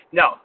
no